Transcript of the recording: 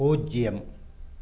பூஜ்ஜியம்